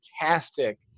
fantastic